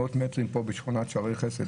וילה בשכונת שערי חסד,